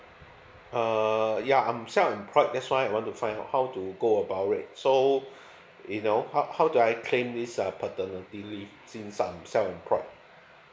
uh yeah I'm self employed that's why I want to find out how to go about it so you know how how do I claim this ah paternity leave since I'm self employed